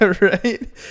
Right